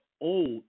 old